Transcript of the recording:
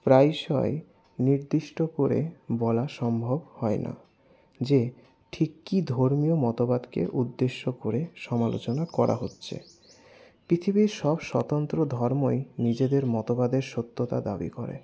প্রায়শয় নির্দিষ্ট করে বলা সম্ভব হয় না যে ঠিক কি ধর্মীয় মতবাদকে উদ্দেশ্য করে সমালোচনা করা হচ্ছে পৃথিবীর সব স্বতন্ত্র ধর্মই নিজেদের মতবাদের সত্যতা দাবি করে